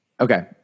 Okay